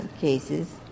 cases